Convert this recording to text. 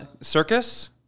Circus